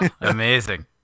amazing